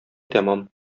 тәмам